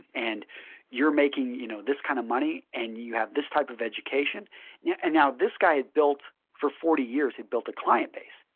and you are making you know this kind of money and you have this type of education yeah and now this guy had built for forty years he had built a client base,